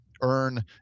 earn